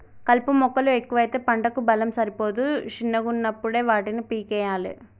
కలుపు మొక్కలు ఎక్కువైతే పంటకు బలం సరిపోదు శిన్నగున్నపుడే వాటిని పీకేయ్యలే